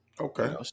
Okay